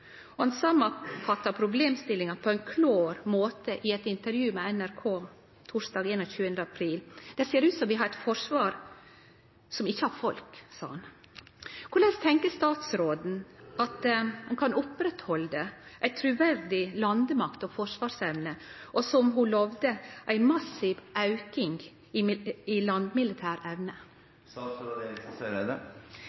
samanfatta problemstillinga på ein klår måte i eit intervju med NRK torsdag 21. april: «Det ser ut som vi skal ha et forsvar uten folk», sa han. Korleis tenkjer statsråden at ein kan halde oppe ei truverdig landemakt og forsvarsevne og, som ho lovde, ein massiv auke i